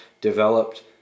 developed